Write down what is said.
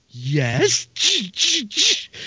Yes